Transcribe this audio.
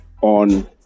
on